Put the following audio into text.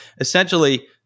essentially